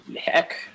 heck